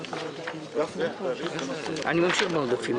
בסופו של דבר ------ לוועדה להמשך הדיון.